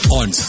on